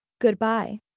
Goodbye